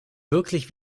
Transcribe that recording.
wirklich